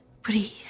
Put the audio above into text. Breathe